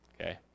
Okay